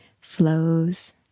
flows